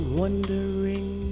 wondering